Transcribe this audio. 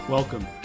Welcome